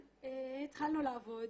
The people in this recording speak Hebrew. התחלנו לעבוד,